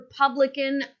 Republican